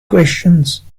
questions